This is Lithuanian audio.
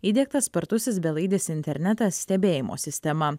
įdiegtas spartusis belaidis internetas stebėjimo sistema